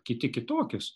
kiti kitokius